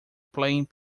playing